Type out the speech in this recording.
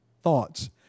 thoughts